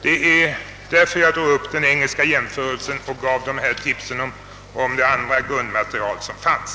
Det var därför jag drog upp den engelska jämförelsen och gav dessa tips om det övriga grundmaterial som finns.